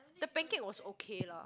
the pancake was okay lah